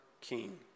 king